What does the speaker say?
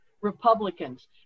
Republicans